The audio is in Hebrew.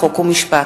חוק ומשפט.